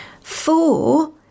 four